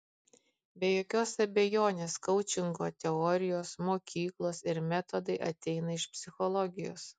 be jokios abejonės koučingo teorijos mokyklos ir metodai ateina iš psichologijos